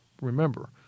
remember